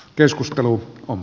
keskustelu on